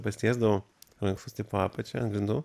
pasitiesdavau rankšluostį po apačia ant grindų